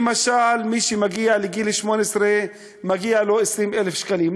למשל, מי שמגיע לגיל 18 מגיע לו 20,000 שקלים.